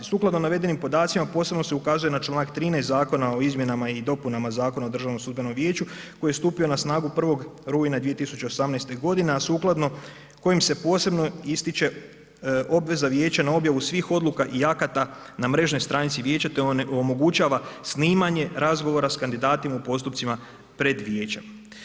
Sukladno navedenim podacima posebno se ukazuje na članak 13 Zakona o izmjenama i dopunama Zakona o DSV-u koji je stupio na snagu 1. rujna 2018. godine a sukladno kojim se posebno ističe obveza vijeća na objavu svih odluka i akata na mrežnoj stranici vijeća te onemogućava snimanje razgovora sa kandidatima u postupcima pred vijećem.